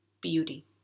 Beauty